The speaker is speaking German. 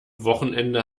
wochenende